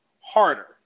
harder